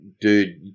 dude